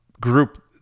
group